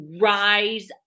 rise